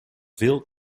veel